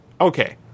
Okay